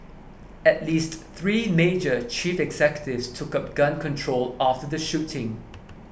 at least three major chief executives took up gun control after the shooting